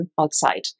outside